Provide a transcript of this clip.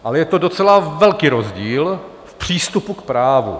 Ale je to docela velký rozdíl v přístupu k právu.